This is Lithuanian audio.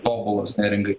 tobulas neringai